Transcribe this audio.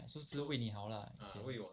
ya so 为你好 lah